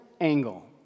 angle